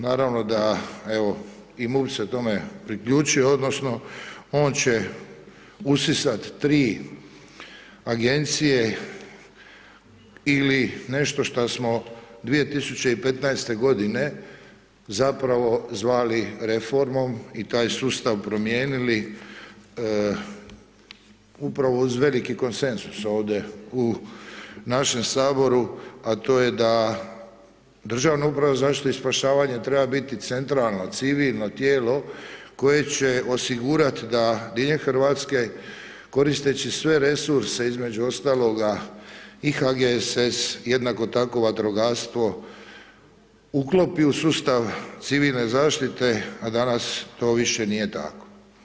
Naravno da evo i MUP se tome priključio odnosno on će usisati tri agencije ili nešto šta smo 2015. godine zapravo zvali reformom i taj sustav promijenili upravo uz veliki konsenzus ovdje u našem Saboru a to je da Državna uprava za zaštitu i spašavanje treba biti centralno, civilno tijelo koje će osigurati da diljem Hrvatske koristeći sve resurse između ostaloga i HGSS, jednako tako vatrogastvo uklopi u sustav civilne zaštite a danas to više nije tako.